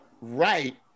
right